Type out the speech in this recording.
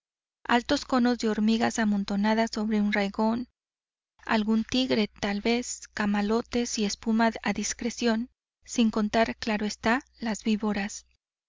altos conos de hormigas amontonadas sobre un raigón algún tigre tal vez camalotes y espuma a discreción sin contar claro está las víboras